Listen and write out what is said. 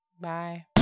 Bye